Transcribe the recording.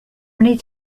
many